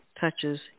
touches